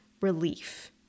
relief